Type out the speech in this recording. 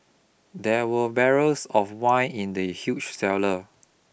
there were barrels of wine in the huge cellar